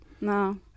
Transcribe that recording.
No